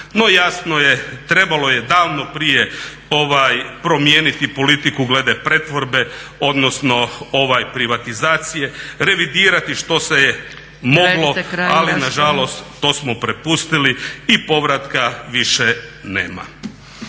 No jasno je, trebalo je davno prije promijeniti politiku glede pretvorbe odnosno privatizacije, revidirati što se je moglo ali nažalost to smo prepustili i povratka više nema.